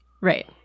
right